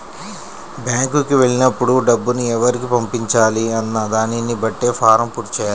బ్యేంకుకి వెళ్ళినప్పుడు డబ్బుని ఎవరికి పంపించాలి అన్న దానిని బట్టే ఫారమ్ పూర్తి చెయ్యాలి